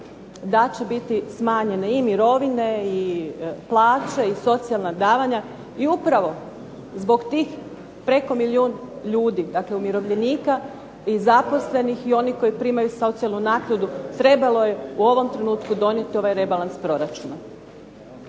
da će biti smanjenje i mirovine i plaće i socijalna davanja. I upravo zbog tih preko milijun ljudi, dakle umirovljenika i zaposlenih i onih koji primaju socijalnu naknadu trebalo je u ovom trenutku donijeti ovaj rebalans proračuna.